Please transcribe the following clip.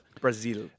Brazil